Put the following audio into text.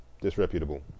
disreputable